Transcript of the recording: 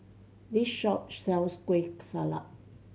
this shop sells Kueh Salat